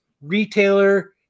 retailer